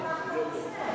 פתח את הנושא.